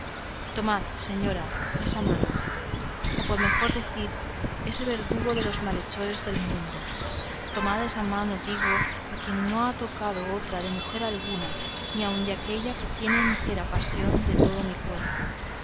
tomad señora esa mano o por mejor decir ese verdugo de los malhechores del mundo tomad esa mano digo a quien no ha tocado otra de mujer alguna ni aun la de aquella que tiene entera posesión de todo mi cuerpo